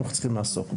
צריכים לעסוק בו.